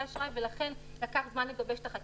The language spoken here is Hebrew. האשראי ולכן לקח זמן לגבש את החקיקה.